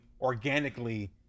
organically